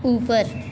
ऊपर